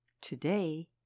Today